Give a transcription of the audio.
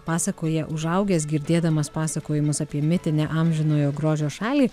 pasakoja užaugęs girdėdamas pasakojimus apie mitinę amžinojo grožio šalį